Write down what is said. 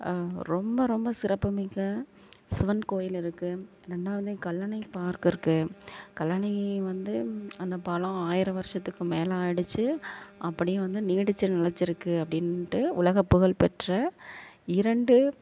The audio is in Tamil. ரொம்ப ரொம்ப சிறப்பு மிக்க சிவன் கோவில் இருக்குது ரெண்டாவது கல்லணை பார்க் இருக்குது கல்லணை வந்து அந்த பாலம் ஆயிரம் வருஷத்துக்கு மேல ஆகிடுச்சி அப்படியும் வந்து நீடிச்சி நிலைச்சி இருக்குது அப்படின்டு உலகப் புகழ் பெற்ற இரண்டு